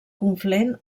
conflent